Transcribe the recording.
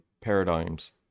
paradigms